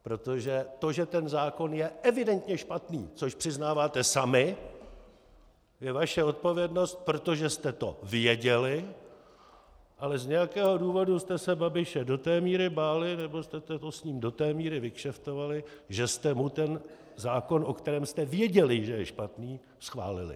Protože to, že ten zákon je evidentně špatný, což přiznáváte sami, je vaše odpovědnost, protože jste to věděli, ale z nějakého důvodu jste se Babiše do té míry báli, nebo jste to s ním do té míry vykšeftovali, že jste mu ten zákon, o kterém jste věděli, že je špatný, schválili.